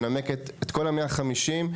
מנמקת את כל ה-150,